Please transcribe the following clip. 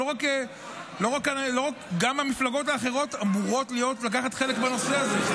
גם המפלגות האחרות אמורות לקחת חלק בנושא הזה.